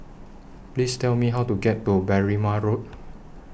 Please Tell Me How to get to Berrima Road